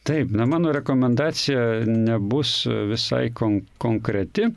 taip na mano rekomendacija nebus visai kon konkreti